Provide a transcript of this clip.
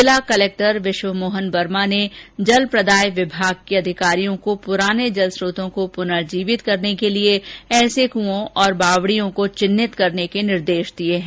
जिला कलेक्टर विश्वमोहन वर्मा ने जलदाय विभाग के अधिकारियों को पुराने जल स्रोतों को पुनर्जीवित करने के लिए ऐसे कुओं और बावड़ियों को चिन्हित करने के निर्देश दिए हैं